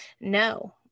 no